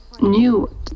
new